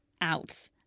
out